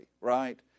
right